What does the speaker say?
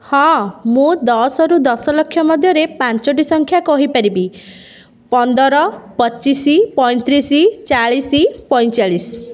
ହଁ ମୁଁ ଦଶରୁ ଦଶ ଲକ୍ଷ ମଧ୍ୟରେ ପାଞ୍ଚୋଟି ସଂଖ୍ୟା କହିପାରିବି ପନ୍ଦର ପଚିଶ ପଇଁତିରିଶ ଚାଳିଶ ପଇଁଚାଳିଶି